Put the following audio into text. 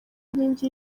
nkingi